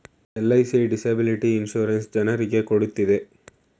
LIC disability insurance ಜನರಿಗೆ ಕೊಡ್ತಿದೆ